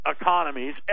economies